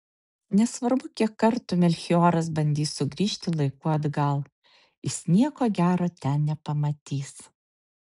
nesvarbu kiek kartų melchioras bandys sugrįžti laiku atgal jis nieko gero ten nepamatys